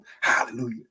Hallelujah